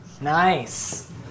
Nice